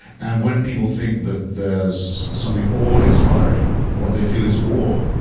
and when people think that there's something awe inspiring, what they feel is awe.